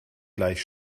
gleich